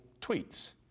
tweets